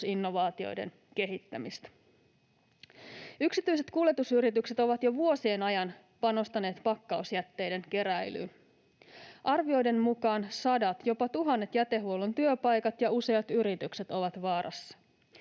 kuljetusinnovaatioiden kehittämistä. Yksityiset kuljetusyritykset ovat jo vuosien ajan panostaneet pakkausjätteiden keräilyyn. Arvioiden mukaan sadat, jopa tuhannet jätehuollon työpaikat ja useat yritykset ovat vaarassa.